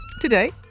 Today